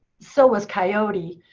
so was coyote.